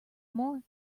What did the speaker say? more